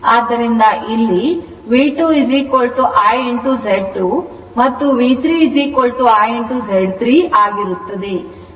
ಆದ್ದರಿಂದ ಇಲ್ಲಿ V2 I Z2 ಮತ್ತು V3 I Z 3 ಆಗಿರುತ್ತದೆ